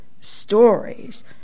stories